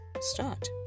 start